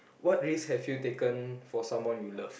what risks have you taken for someone you love